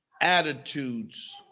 attitudes